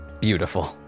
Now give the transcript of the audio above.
Beautiful